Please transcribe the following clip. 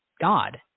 God